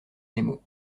nemo